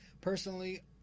Personally